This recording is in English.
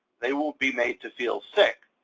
they won't be made to feel sick.